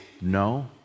no